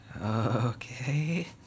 Okay